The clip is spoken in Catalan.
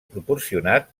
proporcionat